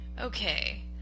Okay